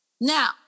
Now